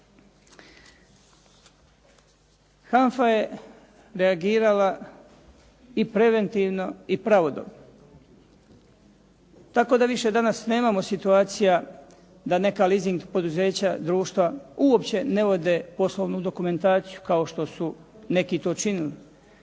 HANFA je reagirala i preventivno i pravodobno, tako da više nemamo situacija da neka leasing poduzeća, društva uopće ne vode poslovnu dokumentaciju kao što su neki to činili.